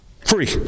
Free